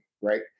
right